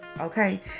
Okay